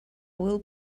will